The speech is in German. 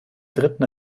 dritten